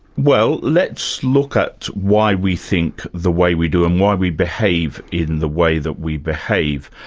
well let's look at why we think the way we do and why we behave in the way that we behave.